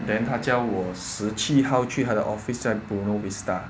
then 他叫我十七号去他 office 在 buona vista